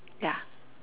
yeah